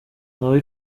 nawe